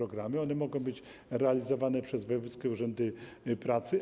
One mogą być realizowane przez wojewódzkie urzędy pracy.